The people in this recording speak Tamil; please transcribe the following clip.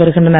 வருகின்றனர்